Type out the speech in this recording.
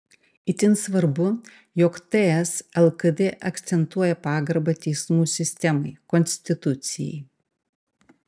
itin svarbu jog ts lkd akcentuoja pagarbą teismų sistemai konstitucijai